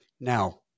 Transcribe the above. Now